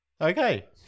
Okay